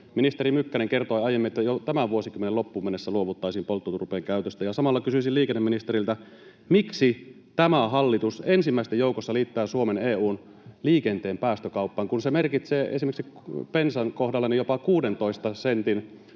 ministeri Mykkänen kertoi aiemmin, että jo tämän vuosikymmenen loppuun mennessä luovuttaisiin polttoturpeen käytöstä? Samalla kysyisin liikenneministeriltä: Miksi tämä hallitus ensimmäisten joukossa liittää Suomen EU:n liikenteen päästökauppaan, kun se merkitsee esimerkiksi bensan kohdalla jopa 16 sentin